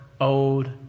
old